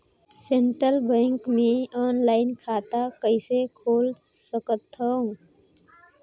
Central bank मे offline खाता कइसे खोल सकथव?